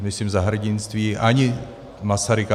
Myslím ani Za hrdinství, ani Masaryka.